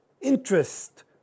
interest